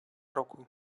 руку